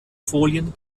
folien